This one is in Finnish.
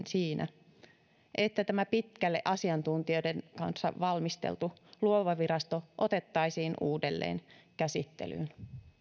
siinä että tämä pitkälle asiantuntijoiden kanssa valmisteltu luova virasto otettaisiin uudelleen käsittelyyn